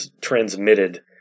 transmitted